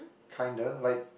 kinda like